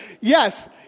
Yes